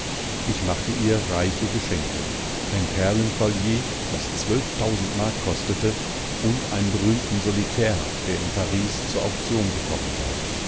ich machte ihr reiche geschenke ein perlenkollier das zwölftausend mark kostete und einen berühmten solitär der in paris zur auktion gekommen war